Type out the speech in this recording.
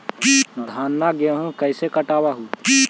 धाना, गेहुमा कैसे कटबा हू?